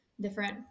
different